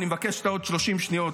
אני מבקש את ה-30 השניות,